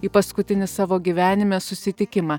į paskutinį savo gyvenime susitikimą